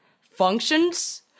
functions